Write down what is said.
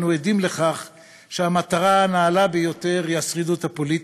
אנו עדים לכך שהמטרה הנעלה ביותר היא השרידות הפוליטית,